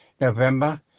November